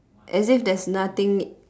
as if there's nothing